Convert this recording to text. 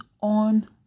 on